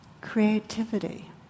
Creativity